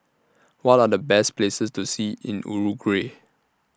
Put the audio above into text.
What Are The Best Places to See in Uruguay